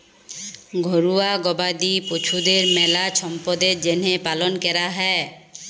ঘরুয়া গবাদি পশুদের মেলা ছম্পদের জ্যনহে পালন ক্যরা হয়